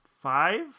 five